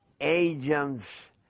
agents